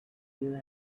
beer